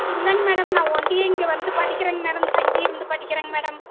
இல்லைங்க மேடம் நான் ஒன்டியும் இங்கே வந்து படிக்கிறங்க மேடம் தங்கியிருந்து படிக்கிறங்க மேடம்